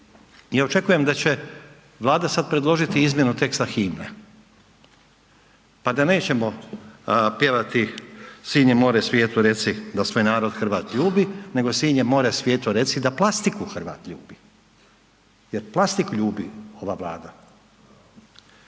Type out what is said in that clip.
ja očekujem da će Vlada sad predložiti izmjenu teksta himne, pa da nećemo pjevati sinje more svijetu reci da svoj narod Hrvat ljubi, nego sinje more svijetu reci da plastiku Hrvat ljubi, jer plastiku ljubi ova Vlada.